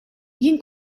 jien